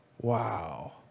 Wow